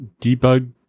debug